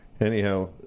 anyhow